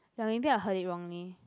ya maybe I heard it wrongly